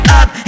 up